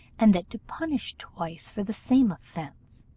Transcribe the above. and that to punish twice for the same offence,